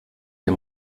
der